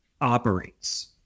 operates